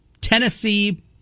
Tennessee